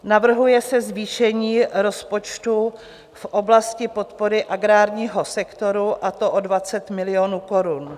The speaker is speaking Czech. Navrhuje se zvýšení rozpočtu v oblasti podpory agrárního sektoru, a to o 20 milionů korun.